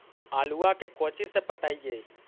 आलुआ के कोचि से पटाइए?